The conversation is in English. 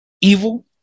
evil